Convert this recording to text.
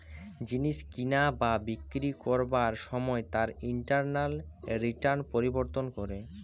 জিনিস কিনা বা বিক্রি করবার সময় তার ইন্টারনাল রিটার্ন পরিবর্তন করে